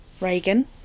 Reagan